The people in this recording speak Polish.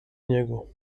niego